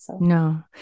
No